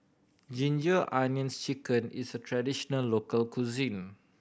Ginger Onions Chicken is a traditional local cuisine